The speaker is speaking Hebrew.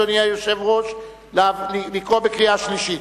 אדוני היושב-ראש, לקרוא בקריאה שלישית?